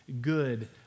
good